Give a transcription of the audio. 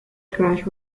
crash